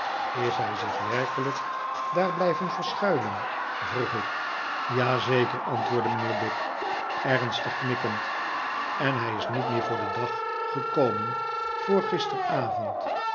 is hij zich werkelijk daar blijven verschuilen vroeg ik ja zeker antwoordde mijnheer dick ernstig knikkend en hij is niet meer voor den dag gekomen voor